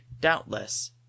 doubtless